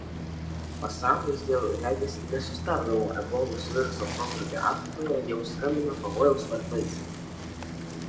pasaulis dėl regis nesustabdomo ebolos viruso protrūkio afrikoje jau skambina pavojaus varpais